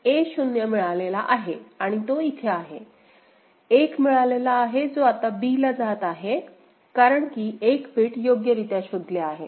त्यामुळे a 0 मिळालेला आहे आणि तो इथे आहे 1 मिळालेला आहे जो आता b ला जात आहे कारण की एक बिट योग्यरीत्या शोधलेले आहे